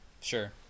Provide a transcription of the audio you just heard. Sure